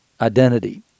identity